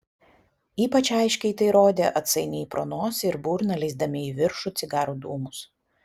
ypač aiškiai tai rodė atsainiai pro nosį ir burną leisdami į viršų cigarų dūmus